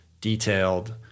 detailed